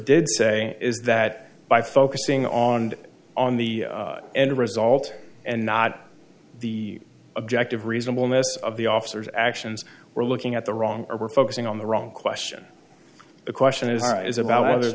did say is that by focusing on on the end result and not the objective reasonable mess of the officer's actions we're looking at the wrong or we're focusing on the wrong question the question is is about whether